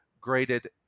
graded